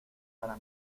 para